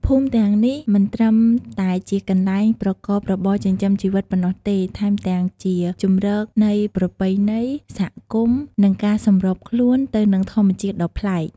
ភូមិទាំងនេះមិនត្រឹមតែជាកន្លែងប្រកបរបរចិញ្ចឹមជីវិតប៉ុណ្ណោះទេ ថែមទាំងជាជម្រកនៃប្រពៃណី សហគមន៍ និងការសម្របខ្លួនទៅនឹងធម្មជាតិដ៏ប្លែក។